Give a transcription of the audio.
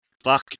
fuck